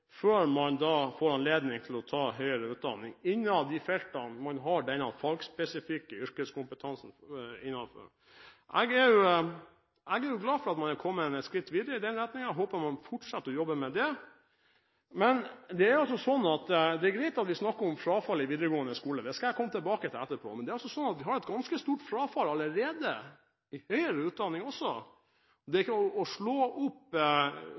før man får anledning til å ta høyere utdanning innen de feltene man har denne fagspesifikke yrkesfagkompetansen fra. Jeg er glad for at man er kommet et skritt videre i denne retningen, og håper at man fortsetter å jobbe med det. Men det er altså sånn at det er greit at vi snakker om frafallet i videregående skole – det skal jeg komme tilbake til etterpå – men vi har allerede også et ganske stort frafall i høyere utdanning. Det er ikke bare å slå opp